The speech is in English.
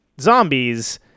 zombies